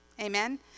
Amen